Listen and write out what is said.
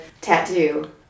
tattoo